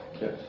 Yes